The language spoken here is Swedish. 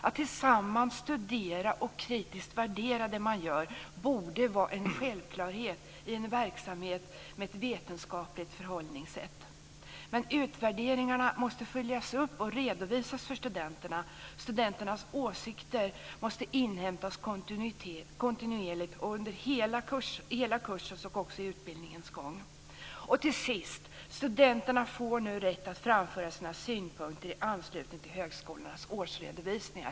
Att tillsammans studera och kritiskt värdera det man gör borde vara en självklarhet i en verksamhet med ett vetenskapligt förhållningssätt. Men utvärderingarna måste följas upp och redovisas för studenterna. Studenternas åsikter måste inhämtas kontinuerligt och under hela kursens och utbildningens gång. Till sist: Studenterna får nu rätt att framföra sina synpunkter i anslutning till högskolornas årsredovisningar.